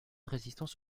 résistance